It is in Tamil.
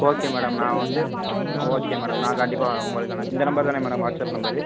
ஓகே மேடம் நான் வந்து ஓகே மேடம் நான் கண்டிப்பாக உங்களுக்கு ஆனால் இந்த நம்பர் தானே மேடம் வாட்ஸப் நம்பரு